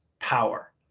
power